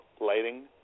lighting